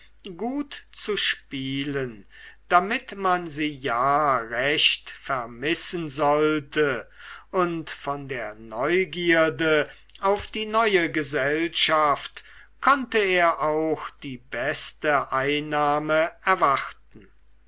gut zu spielen damit man sie ja recht vermissen sollte und von der neugierde auf die neue gesellschaft konnte er auch die beste einnahme erwarten